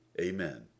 Amen